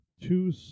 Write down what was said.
two